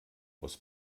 aus